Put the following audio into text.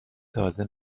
تازه